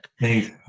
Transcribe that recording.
Thanks